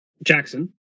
Jackson